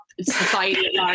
society